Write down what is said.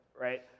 right